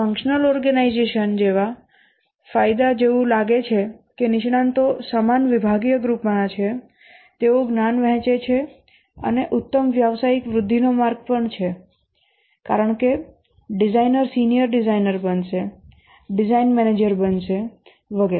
functional organization જેવા ફાયદા જેવું લાગે છે કે નિષ્ણાતો સમાન વિભાગીય ગ્રુપના છે તેઓ જ્ઞાન વહેંચે છે અને ઉત્તમ વ્યવસાયિક વૃદ્ધિનો માર્ગ પણ છે કારણ કે ડિઝાઇનર સિનિયર ડિઝાઇનર બનશે ડિઝાઇન મેનેજર બનશે વગેરે